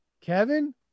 Kevin